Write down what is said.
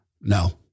no